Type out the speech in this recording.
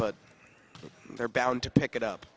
but they're bound to pick it up